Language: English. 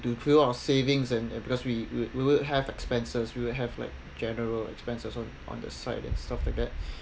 to fill our savings and because we will we will have expenses we will have like general expenses on on the side and stuff like that